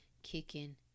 Kicking